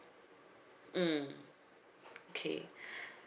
mm okay